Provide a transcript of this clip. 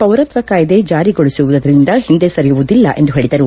ಪೌರತ್ವ ಕಾಯ್ದೆ ಜಾರಿಗೊಳಿಸುವುದರಿಂದ ಹಿಂದೆ ಸರಿಯುವುದಿಲ್ಲ ಎಂದು ಹೇಳಿದರು